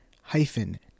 hyphen